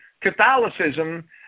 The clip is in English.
Catholicism